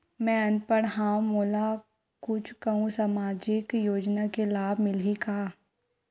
मैं अनपढ़ हाव मोला कुछ कहूं सामाजिक योजना के लाभ मिलही का?